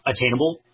attainable